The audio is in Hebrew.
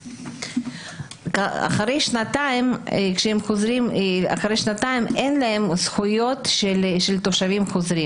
אחרי שנתיים אין להם זכויות של תושבים חוזרים